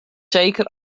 zeker